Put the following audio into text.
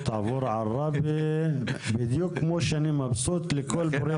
עבור עראבה בדיוק כמו שאני מבסוט מכל פרויקט בכפר קאסם.